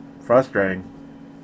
frustrating